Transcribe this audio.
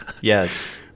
Yes